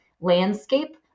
landscape